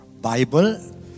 Bible